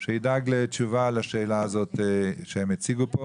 כדי שידאג לתשובה לשאלה שהם הציבו פה